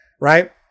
Right